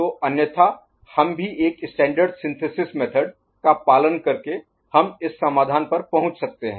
तो अन्यथा हम भी एक स्टैण्डर्ड सिंथेसिस मेथड का पालन करके हम इस समाधान पर पहुंच सकते हैं